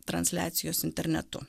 transliacijos internetu